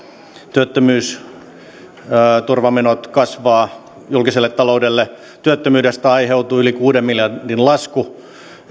työttömyysturvamenot kasvavat julkiselle taloudelle työttömyydestä aiheutuu yli kuuden miljardin lasku